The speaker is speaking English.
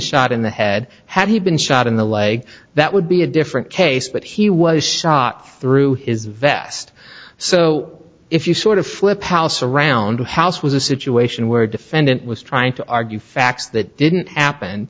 shot in the head had he been shot in the leg that would be a different case but he was shot through his vest so if you sort of flip palace around the house was a situation where defendant was trying to argue facts that didn't happen